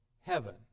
Heaven